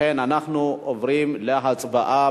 לכן אנחנו עוברים להצבעה.